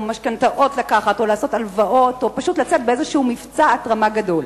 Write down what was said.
לקחת משכנתאות או הלוואות או פשוט לצאת באיזה מבצע התרמה גדול.